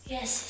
Yes